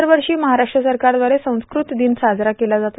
दरवर्षी महाराष्ट्र सरकारद्वारे संस्कृत दिन साजरा केला जातो